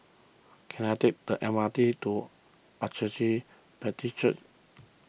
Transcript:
can I take the M R T to Agape Baptist Church